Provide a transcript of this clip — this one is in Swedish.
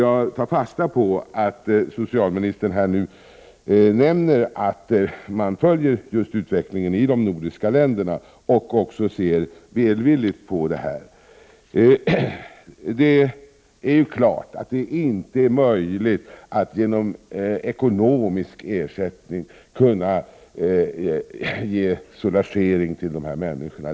Jag tar fasta på det som socialministern sade, nämligen att man på socialdepartementet följer utvecklingen i de nordiska länderna och ser välvilligt på dessa grupper. Det är klart att det inte är möjligt att genom ekonomisk ersättning ge soulagering till dessa människor.